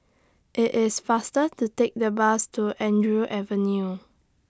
IT IS faster to Take The Bus to Andrew Avenue